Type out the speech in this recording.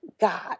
God